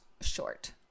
short